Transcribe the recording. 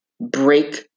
break